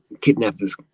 kidnapper's